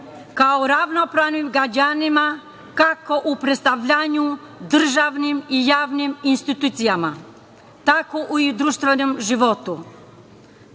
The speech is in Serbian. kao ravnopravnim građanima, kako u predstavljanju državnim i javnim institucijama, tako i u društvenom životu,